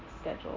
schedule